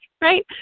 right